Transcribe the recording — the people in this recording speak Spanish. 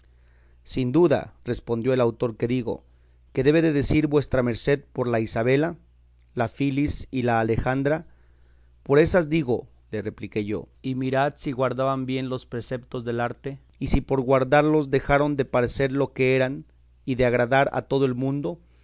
sin duda respondió el autor que digo que debe de decir vuestra merced por la isabela la filis y la alejandra por ésas digo le repliqué yo y mirad si guardaban bien los preceptos del arte y si por guardarlos dejaron de parecer lo que eran y de agradar a todo el mundo